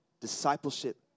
Discipleship